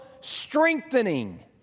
strengthening